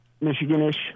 Michigan-ish